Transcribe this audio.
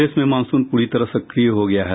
प्रदेश में मॉनसून पूरी तरह सक्रिय हो गया है